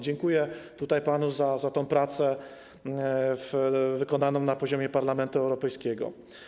Dziękuję panu za tę pracę wykonaną na poziomie Parlamentu Europejskiego.